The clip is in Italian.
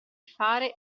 fare